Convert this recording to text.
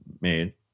made